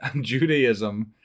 Judaism